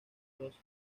rosa